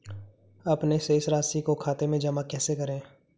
अपने शेष राशि को खाते में जमा कैसे करें?